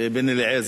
ובן-אליעזר.